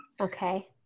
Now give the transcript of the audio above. Okay